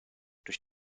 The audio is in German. durch